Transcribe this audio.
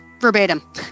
Verbatim